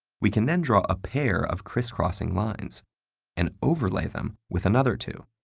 we can then draw a pair of criss-crossing lines and overlay them with another two.